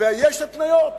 ויש התניות.